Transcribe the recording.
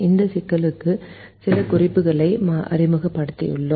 இந்த சிக்கலுக்கு சில குறிப்புகளை அறிமுகப்படுத்தியுள்ளோம்